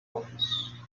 office